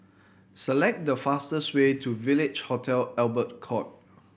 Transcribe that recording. select the fastest way to Village Hotel Albert Court